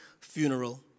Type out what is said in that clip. funeral